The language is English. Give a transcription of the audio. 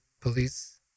police